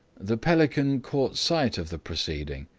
the pelican caught sight of the proceeding.